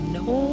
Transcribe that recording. no